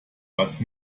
but